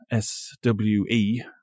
SWE